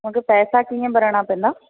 मूंखे पैसा कीअं भरिणा पवंदा